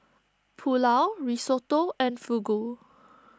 Pulao Risotto and Fugu